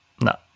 No